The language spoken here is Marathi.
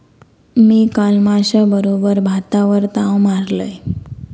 मी काल माश्याबरोबर भातावर ताव मारलंय